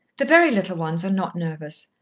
the very little ones are not nervous.